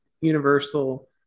universal